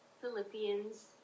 philippians